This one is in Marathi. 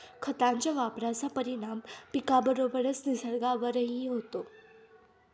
खतांच्या वापराचा परिणाम पिकाबरोबरच निसर्गावरही होतो